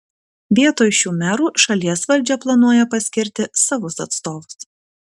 vietoj šių merų šalies valdžia planuoja paskirti savus atstovus